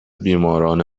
بیماران